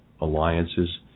alliances